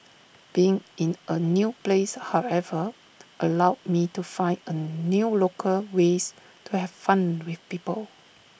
being in A new place however allowed me to find A new local ways to have fun with people